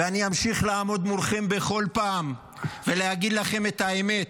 ואני אמשיך לעמוד מולכם בכל פעם ולהגיד לכם את האמת.